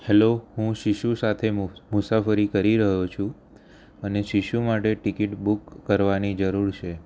hello હું શિશુ સાથે મુસાફરી કરી રહ્યો છું અને શિશુ માટે ટિકિટ બૂક કરવાની જરૂર છે